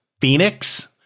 Phoenix